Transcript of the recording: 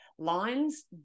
lines